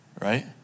Right